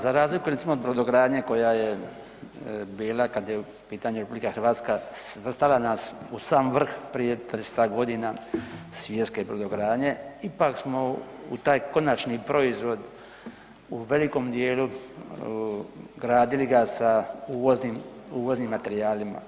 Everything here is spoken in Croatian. Za razliku recimo od brodogradnje koja je bila kad u pitanju RH svrstala nas u sam vrh prije 300 g. svjetske brodogradnje, ipak smo u taj konačni proizvod u velikom djelu gradili sa uvoznim materijalima.